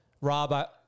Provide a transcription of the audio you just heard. Rob